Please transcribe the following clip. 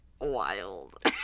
wild